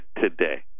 today